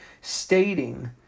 stating